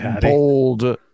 bold